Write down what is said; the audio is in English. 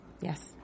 Yes